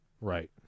Right